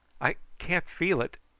i can't feel it.